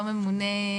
לא ממונה,